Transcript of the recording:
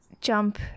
jump